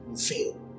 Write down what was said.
fail